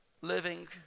living